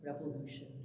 Revolution